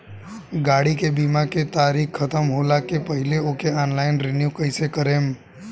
गाड़ी के बीमा के तारीक ख़तम होला के पहिले ओके ऑनलाइन रिन्यू कईसे करेम?